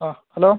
ആ ഹലോ